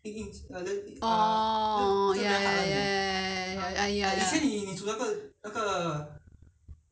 oh ya ya ya ya ya ya